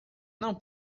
não